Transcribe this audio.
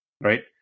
right